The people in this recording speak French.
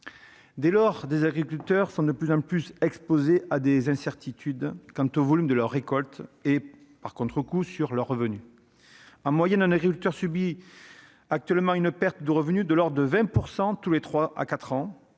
Dès lors, les agriculteurs sont de plus en plus exposés à des incertitudes quant au volume de leurs récoltes et, par contrecoup, à leurs revenus. En moyenne, un agriculteur subit actuellement une perte de revenus de 20 % tous les trois